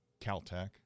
Caltech